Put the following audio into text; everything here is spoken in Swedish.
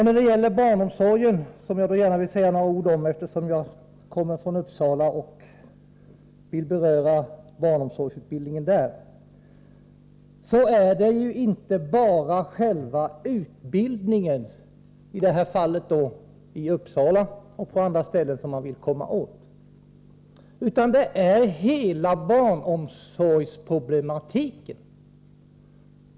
När det gäller barnomsorgen, som jag gärna vill säga några ord om, eftersom jag kommer från Uppsala och vill beröra barnomsorgsutbildningen där, är det ju inte bara själva utbildningen — i det här fallet i Uppsala och på andra ställen — som man vill komma åt, utan det är hela barnomsorgsverksamheten.